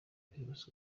primus